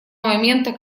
момента